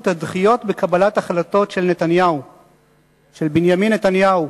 הדחיות בקבלת החלטות של בנימין נתניהו.